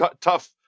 tough